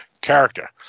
character